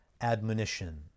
admonition